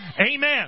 Amen